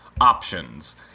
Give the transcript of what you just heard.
options